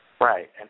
Right